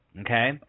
Okay